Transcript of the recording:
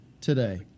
today